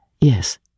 Yes